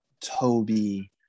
toby